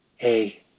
A-